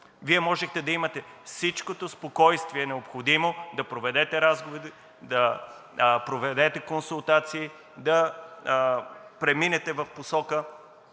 Вие можехте да имате всичкото необходимо спокойствие да проведете разговорите, да проведете консултации, да преминете в посока